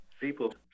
people